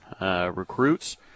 recruits